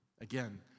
Again